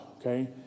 okay